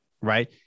right